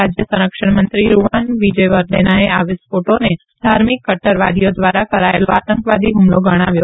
રા ય સંરક્ષણ મંત્રી રૂવાન વિજેવદૈનાએ આ વિસ્ફોલોને ધાર્મિક કટ્ટરવાદીઓ દ્વારા કરાયેલો આતંકવાદી હુમલો ગણાવ્યો